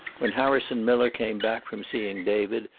when harrison miller came back from seeing david,